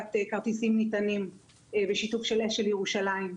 חלוקת כרטיסים נטענים ושיתוף של אשל ירושלים.